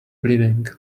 bleeding